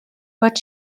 but